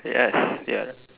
yes ya